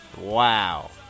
wow